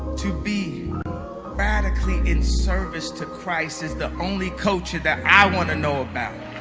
to be radically in service to christ as the only coach that i want to know about